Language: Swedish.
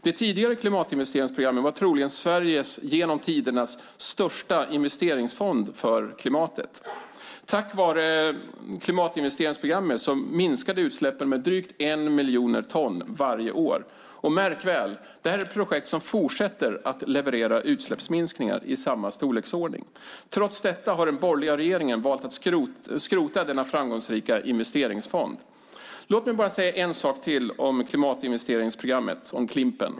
Det tidigare klimatinvesteringsprogrammet var troligen Sveriges genom tiderna största investeringsfond för klimatet. Tack vare klimatinvesteringsprogrammet minskade utsläppen med drygt 1 miljon ton varje år, och märk väl: Detta är projekt som fortsätter att leverera utsläppsminskningar i samma storleksordning. Trots detta har den borgerliga regeringen valt att skrota denna framgångsrika investeringsfond. Låt mig bara säga en sak till om klimatinvesteringsprogrammet, Klimp:en.